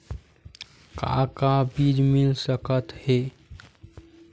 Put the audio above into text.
का का बीज मिल सकत हे?